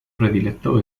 predilecto